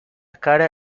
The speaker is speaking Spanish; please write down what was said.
cara